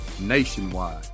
Nationwide